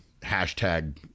hashtag